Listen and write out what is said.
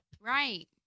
Right